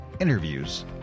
interviews